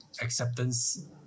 acceptance